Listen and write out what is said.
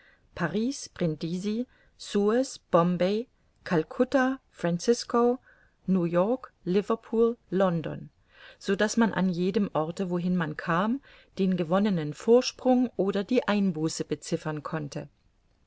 paris brindisi suez bombay calcutta francisco new-york liverpool london so daß man an jedem orte wohin man kam den gewonnenen vorsprung oder die einbuße beziffern konnte